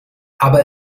aber